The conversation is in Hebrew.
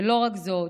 ולא רק זאת,